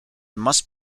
must